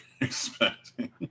expecting